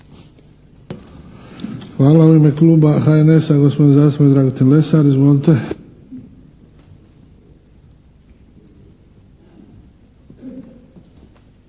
Hvala. U ime kluba HNS-a, gospodin zastupnik Dragutin Lesar. Izvolite.